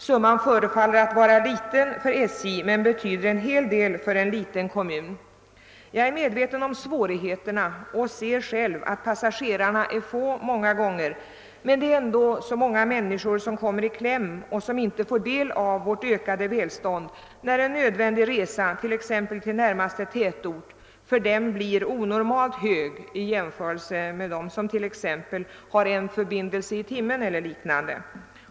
Summan förefaller att vara ringa för SJ men betyder en hel del för en liten kommun. Jag är medveten om svårigheterna och ser själv att passagerarna är få många gånger, men det är ändå många människor som kommer i kläm och som inte får del av vårt ökade välstånd, när en nödvändig resa t.ex. till närmaste tätort för dem blir onormalt hög i jämförelse med vad den är för andra som t.ex. har en förbindelse i timmen eller liknande.